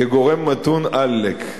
כגורם מתון עלק.